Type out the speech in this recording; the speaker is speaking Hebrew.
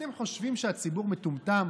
אתם חושבים שהציבור מטומטם?